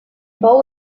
bau